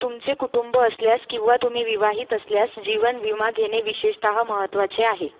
तुमचे कुटुंब असल्यास किंवा तुम्ही विवाहित असल्यास जीवन विमा घेणे विशेषतः महत्त्वाचे आहे